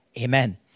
Amen